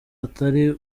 atari